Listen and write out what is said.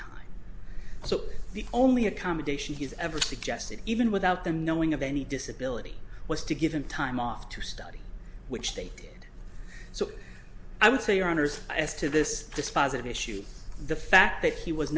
time so the only accommodation he's ever suggested even without them knowing of any disability was to give him time off to study which they did so i would say your honour's as to this dispositive issue the fact that he was